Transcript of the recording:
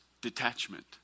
detachment